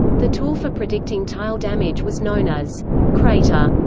the tool for predicting tile damage was known as crater,